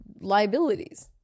liabilities